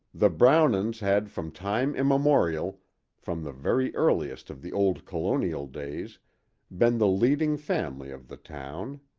the brownons had from time immemorial from the very earliest of the old colonial days been the leading family of the town.